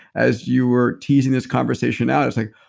as you were teasing this conversation out, i was like,